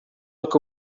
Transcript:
look